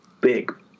big